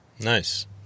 Nice